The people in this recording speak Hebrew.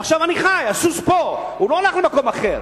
עכשיו, אני חי, הסוס פה, והוא לא הלך למקום אחר.